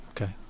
Okay